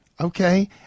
Okay